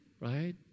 right